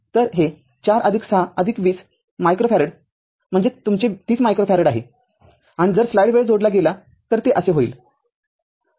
तरहे ४६२० मायक्रोफॅरेड म्हणजे तुमचे ३० मायक्रोफॅरेड आहे आणि जर स्लाइड वेळ जोडला गेला तर ते असे होईल